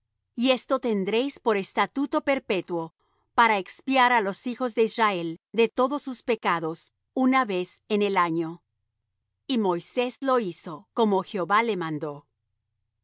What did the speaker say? y esto tendréis por estatuto perpetuo para expiar á los hijos de israel de todos sus pecados una vez en el año y moisés lo hizo como jehová le mandó